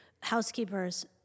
housekeepers